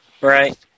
Right